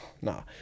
no